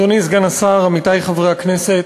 אדוני סגן השר, עמיתי חברי הכנסת,